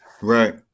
right